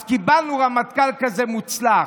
אז קיבלנו רמטכ"ל כזה מוצלח.